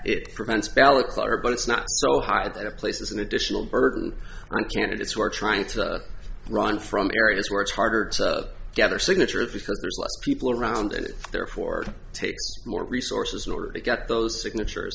it prevents ballot clutter but it's not so hot that a places an additional burden on candidates who are trying to run from areas where it's harder to gather signatures because there's less people around and it therefore takes more resources in order to get those signatures